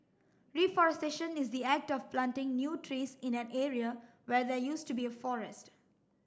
reforestation is the act of planting new trees in an area where there used to be a forest